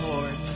Lord